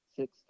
six